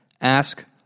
Ask